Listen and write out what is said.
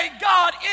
God